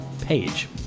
page